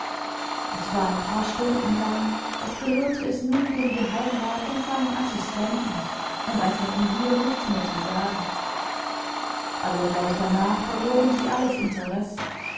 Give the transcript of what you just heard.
es war ein paar stunden lang als gehörte es nun dem geheimrat und seinen assistenten und als hätten wir nichts mehr zu sagen aber gleich danach verloren sie alles interesse